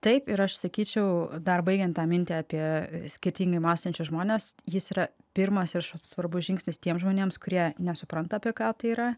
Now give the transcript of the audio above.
taip ir aš sakyčiau dar baigiant tą mintį apie skirtingai mąstančius žmones jis yra pirmas svarbus žingsnis tiems žmonėms kurie nesupranta apie ką tai yra